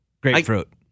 Grapefruit